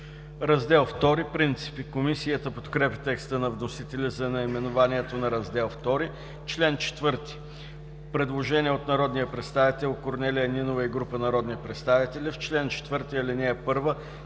„Раздел II – Принципи“. Комисията подкрепя текста на вносителя за наименованието на Раздел II. По чл. 4 има предложение от народния представител Корнелия Нинова и група народни представители: „В чл. 4 ал. 1